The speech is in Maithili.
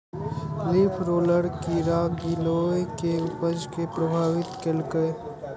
लीफ रोलर कीड़ा गिलोय के उपज कें प्रभावित केलकैए